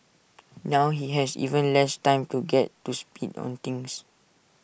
now he has even less time to get to speed on things